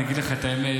אני אגיד לך את האמת,